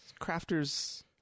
crafters